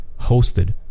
hosted